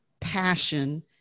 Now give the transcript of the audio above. passion